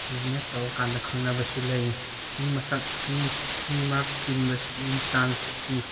business ꯇꯧꯔ ꯀꯥꯟꯗ ꯈꯪꯅꯕꯁꯨ ꯂꯩ ꯃꯤ ꯃꯁꯛ ꯃꯤ ꯃꯔꯛ ꯇꯤꯟꯕꯒꯤ ꯆꯥꯟꯁꯇꯤ